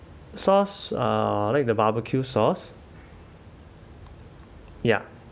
sauce uh I like the barbecue sauce ya